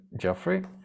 jeffrey